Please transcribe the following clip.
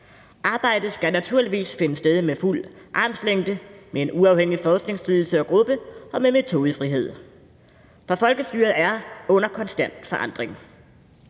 Arbejdet skal naturligvis finde sted med fuld armslængde med en uafhængig forskningsledelse og -gruppe og med metodefrihed. For folkestyret er under konstant forandring.